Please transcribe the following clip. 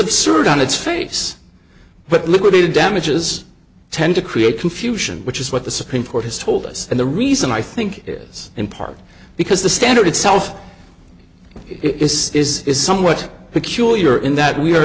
absurd on its face but liquidated damages tend to create confusion which is what the supreme court has told us and the reason i think is in part because the standard itself is is is somewhat peculiar in that we are